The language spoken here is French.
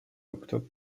octobre